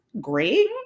great